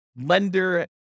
lender